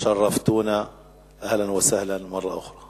לברך את ועדת הקישור ואת השיח'ים הנכבדים, אנשינו.